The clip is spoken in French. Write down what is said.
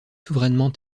souverainement